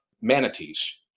manatees